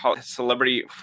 celebrity